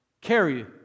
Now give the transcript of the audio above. carry